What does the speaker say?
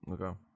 Okay